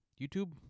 YouTube